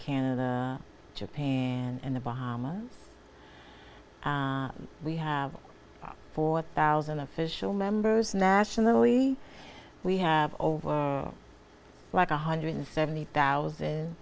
canada japan and the bahamas we have four thousand official members nationally we have over one hundred and seventy thousand